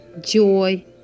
joy